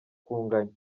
kunganya